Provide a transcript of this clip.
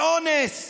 לאונס,